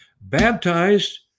baptized